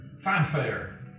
fanfare